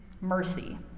mercy